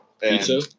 Pizza